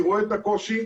אני רואה את הקושי,